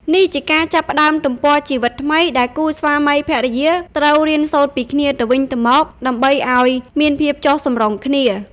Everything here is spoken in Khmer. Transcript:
នេះជាការចាប់ផ្តើមទំព័រជីវិតថ្មី ដែលគូស្វាមីភរិយាត្រូវរៀនសូត្រពីគ្នាទៅវិញទៅមក ដើម្បីឱ្យមានភាពចុះសម្រុងគ្នា ។